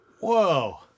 Whoa